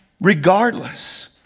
Regardless